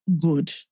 Good